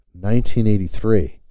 1983